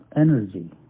Energy